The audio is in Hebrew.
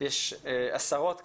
יש עשרות כאלה.